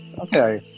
Okay